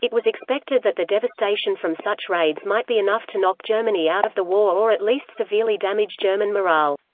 it was expected that the devastation from such raids might be enough to knock germany out of the war or at least severely damage german morale.